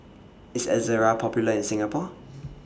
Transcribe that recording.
IS Ezerra Popular in Singapore